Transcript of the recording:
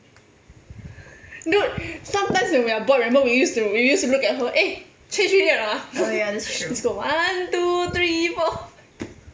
dude sometimes when we are bored remember we used to we used to look at her eh change already or not ah she's got one two three four